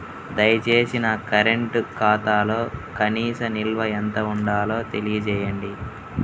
దయచేసి నా కరెంటు ఖాతాలో కనీస నిల్వ ఎంత ఉండాలో తెలియజేయండి